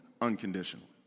unconditionally